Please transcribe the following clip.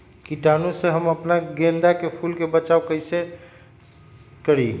कीटाणु से हम अपना गेंदा फूल के बचाओ कई से करी?